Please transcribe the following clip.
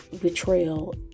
betrayal